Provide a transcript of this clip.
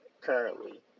currently